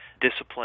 discipline